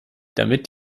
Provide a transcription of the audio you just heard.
damit